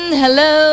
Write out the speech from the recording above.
hello